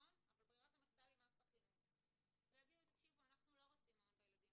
ברירת המחדל היא מערכת החינוך, ותגיד קבוצת ההורים